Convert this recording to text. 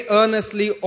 earnestly